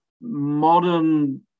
modern